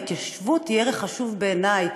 ההתיישבות היא ערך חשוב בעיני,